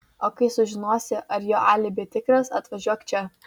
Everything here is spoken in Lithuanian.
o kai sužinosi ar jo alibi tikras atvažiuok čia